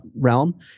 realm